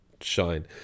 shine